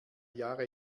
jahre